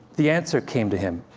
the answer came to him.